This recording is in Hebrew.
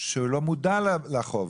שהוא לא מודע לחוב.